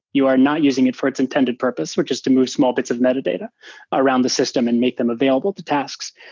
you are not using it for its intended purpose, which is to move small bits of metadata around the system and make them available to tasks.